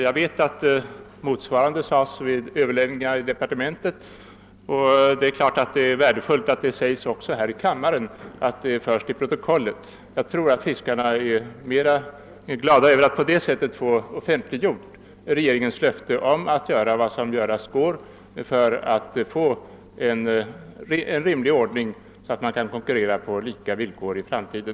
Jag vet att motsvarande sades vid överläggningarna i departementet, och det är klart att det är värdefullt att det sägs också här i kammaren och förs till protokollet. Jag tror att fiskarna är glada över att på det sättet få offentliggjort regeringens löfte om att göra vad som göras kan för att få en rimlig ordning, så att de kan konkurrera på lika villkor i framtiden.